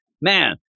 man